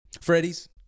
Freddy's